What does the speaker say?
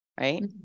right